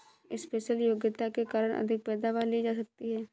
special योग्यता के कारण अधिक पैदावार ली जा सकती है